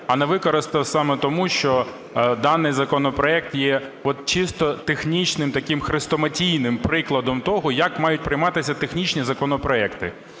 А не використав саме тому, що даний законопроект є чисто технічним таким хрестоматійним прикладом того, як мають прийматися технічні законопроекти.